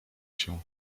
się